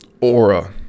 aura